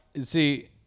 See